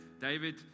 David